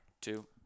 two